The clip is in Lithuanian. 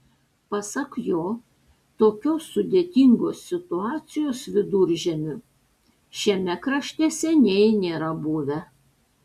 pasak jo tokios sudėtingos situacijos viduržiemiu šiame krašte seniai nėra buvę